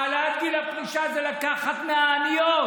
העלאת גיל הפרישה זה לקחת מהעניות,